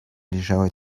лежала